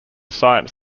science